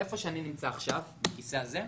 מ/1443.